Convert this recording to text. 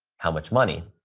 how much money,